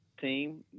team